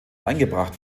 eingebracht